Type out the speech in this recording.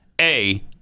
A-